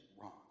wrong